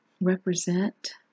represent